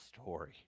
story